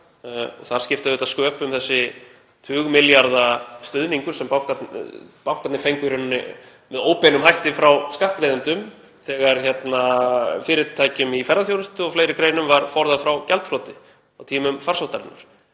Þar skiptir auðvitað sköpum þessi tugmilljarða stuðningur sem bankarnir fengu í rauninni með óbeinum hætti frá skattgreiðendum þegar fyrirtækjum í ferðaþjónustu og fleiri greinum var forðað frá gjaldþroti á tímum farsóttarinnar.